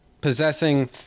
possessing